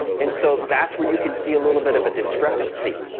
and so, that's where you can see a little bit of a discrepancy,